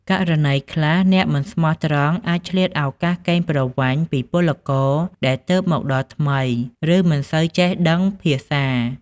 ករណីខ្លះ អ្នកមិនស្មោះត្រង់អាចឆ្លៀតឱកាសកេងប្រវ័ញ្ចពីពលករដែលទើបមកដល់ថ្មី ឬមិនសូវចេះដឹងភាសា ។